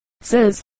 says